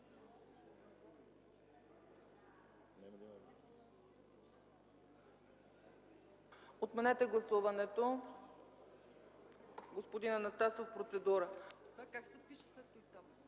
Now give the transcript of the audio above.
Отменете гласуването. Господин Анастасов – процедура.